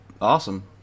Awesome